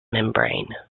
membrane